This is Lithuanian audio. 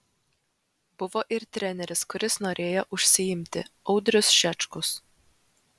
buvo ir treneris kuris norėjo užsiimti audrius šečkus